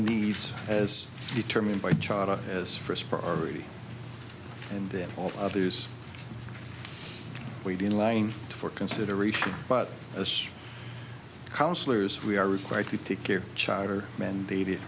leave as determined by charter as first priority and then all others wait in line for consideration but as counsellors we are required to take care charter mandated